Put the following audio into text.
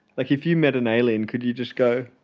like, if you met an alien, could you just go,